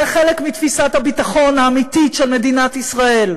זה חלק מתפיסת הביטחון האמיתית של מדינת ישראל.